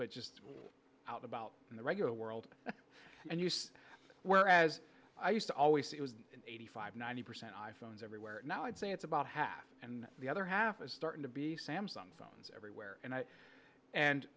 but just out about the regular world and use whereas i used to always say it was eighty five ninety percent i phones everywhere now i'd say it's about half and the other half is starting to be samsung phones everywhere and i and